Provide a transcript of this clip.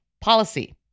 policy